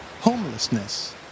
homelessness